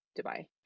Dubai